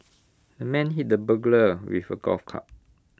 the man hit the burglar with A golf club